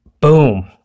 boom